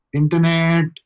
internet